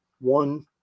one